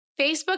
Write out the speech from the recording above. Facebook